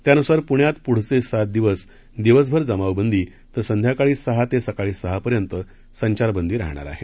यानुसार पुण्यात पुढचे सात दिवस दिवसभर जमावबंदी तर संध्याकाळी सहा ते सकाळी सहा पर्यत संचार बंदी राहणार आहे